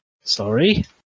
sorry